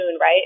right